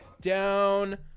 down